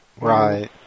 Right